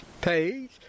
page